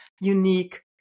unique